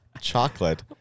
chocolate